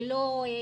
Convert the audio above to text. ללא התאמה.